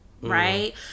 right